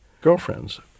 girlfriends